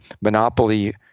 monopoly